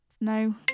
No